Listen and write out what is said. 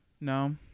No